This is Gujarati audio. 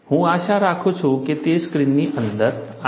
હું આશા રાખું છું કે તે સ્ક્રીનની અંદર આવે